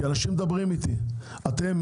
אתם,